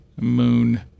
moon